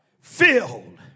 filled